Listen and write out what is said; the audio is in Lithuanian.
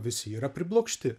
visi yra priblokšti